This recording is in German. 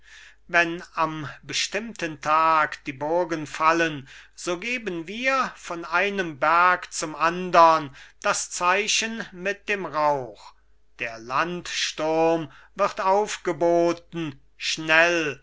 wenn am bestimmten tag die burgen fallen so geben wir von einem berg zum andern das zeichen mit dem rauch der landsturm wird aufgeboten schnell